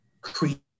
create